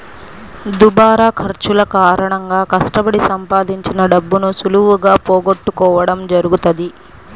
దుబారా ఖర్చుల కారణంగా కష్టపడి సంపాదించిన డబ్బును సులువుగా పోగొట్టుకోడం జరుగుతది